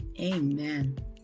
Amen